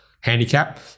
handicap